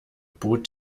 bot